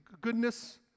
goodness